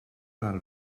del